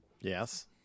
Yes